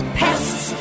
pests